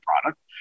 product